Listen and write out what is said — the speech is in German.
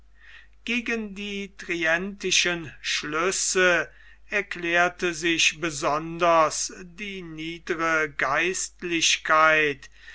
gegen die trientischen schlüsse erklärte sich besonders die niedere geistlichkeit